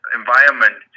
environment